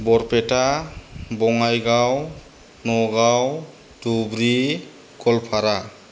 Barpeta Bongaigaon Nagaon Dhubri Goalpara